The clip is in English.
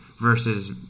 versus